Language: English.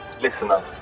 Listener